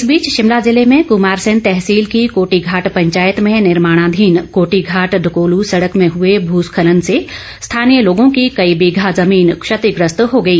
इस बीच शिमला जिले में कुमारसैन तहसील की कोटीघाट पंचायत में निर्माणाधीन कोटीघाट डकोलू ँसड़क में हुए भू स्खलन से स्थानीय लोगों की कई बीघा जमीन क्षतिग्रस्त हो गई